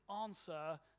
answer